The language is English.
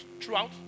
throughout